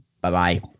Bye-bye